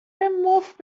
مفت